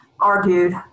argued